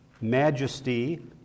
majesty